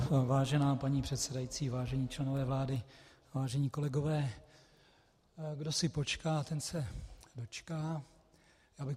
Vážená paní předsedající, vážení členové vlády, vážení kolegové, kdo si počká, ten se dočká.